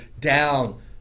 down